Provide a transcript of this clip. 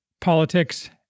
politics